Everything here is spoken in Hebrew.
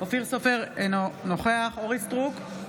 אופיר סופר, אינו נוכח אורית מלכה סטרוק,